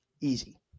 Easy